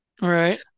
right